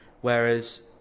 whereas